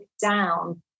down